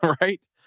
right